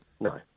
No